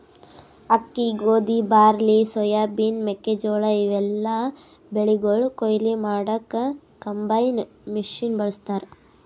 ಅಕ್ಕಿ ಗೋಧಿ barley soybean ಮೆಕ್ಕೆಜೋಳಾ ಇವೆಲ್ಲಾ ಬೆಳಿಗೊಳ್ ಕೊಯ್ಲಿ ಮಾಡಕ್ಕ್ ಕಂಬೈನ್ ಮಷಿನ್ ಬಳಸ್ತಾರ್